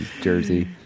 jersey